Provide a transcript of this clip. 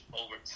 over